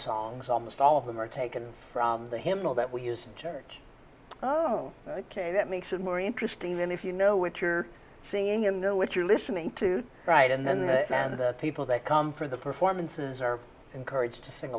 songs almost all of them are taken from the hymnal that we use in church oh ok that makes it more interesting than if you know what you're seeing in know what you're listening to right and then the and the people that come for the performances are encouraged to sing